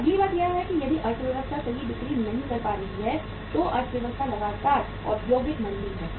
अगली बात यह है कि यदि अर्थव्यवस्था सही बिक्री नहीं कर रही है तो अर्थव्यवस्था लगातार औद्योगिक मंदी है